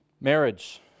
Marriage